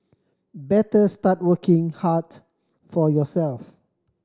better start working hard for yourself